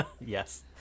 yes